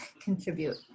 contribute